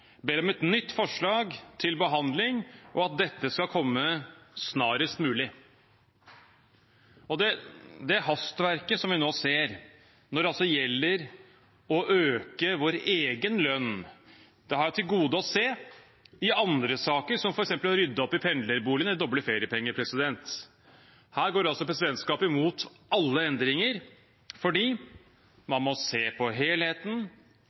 ber altså om et nytt forslag til behandling, og at dette skal komme snarest mulig. Det hastverket vi nå ser, altså når det gjelder å øke vår egen lønn, har jeg til gode å se i andre saker, som f.eks. å rydde opp når det gjelder pendlerboligene og doble feriepenger. Da går presidentskapet mot alle endringer fordi man må se på helheten